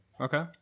Okay